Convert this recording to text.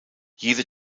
jede